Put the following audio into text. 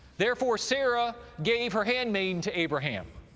therefore sarah gave her handmaiden to abraham,